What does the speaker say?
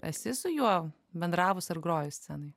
esi su juo bendravus ar grojus scenoj